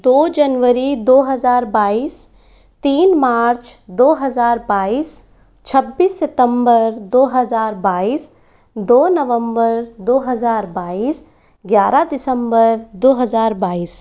दो जनवरी दो हज़ार बाईस तीन मार्च दो हज़ार बाईस छब्बीस सितंबर दो हज़ार बाईस दो नवंबर दो हज़ार बाईस ग्यारह दिसंबर दो हज़ार बाईस